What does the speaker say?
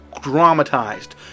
dramatized